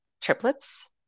triplets